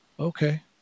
okay